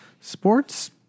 sports